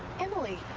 emily.